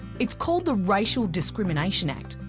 it's called the racial discrimination act.